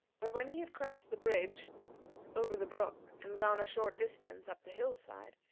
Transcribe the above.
but when he had crossed the bridge over the brook, and gone a short distance up the hill-side,